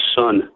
son